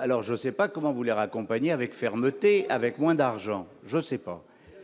alors je sais pas comment voulez raccompagner avec fermeté avec moins d'argent, je sais pas,